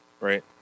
right